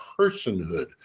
personhood